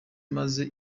maze